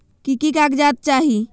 की की कागज़ात चाही?